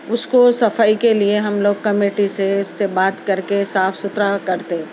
اس کو صفائی کے لیے ہم لوگ کمیٹی سے سے بات کر کے صاف ستھرا کرتے